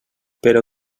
però